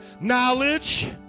knowledge